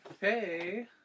hey